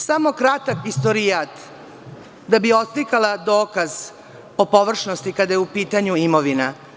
Samo kratak istorijat da bi oslikala dokaz o površnosti, kada je u pitanju imovina.